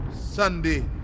Sunday